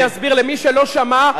ואני אסביר למי שלא שמע,